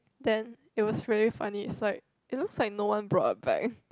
then it was really funny it's like it looks like no one brought a bag